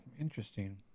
Interesting